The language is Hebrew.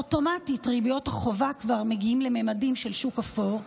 אוטומטית ריביות החובה כבר מגיעות לממדים של שוק אפור.